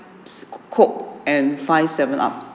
coke and five seven up